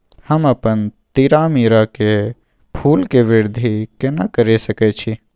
हम अपन तीरामीरा के फूल के वृद्धि केना करिये सकेत छी?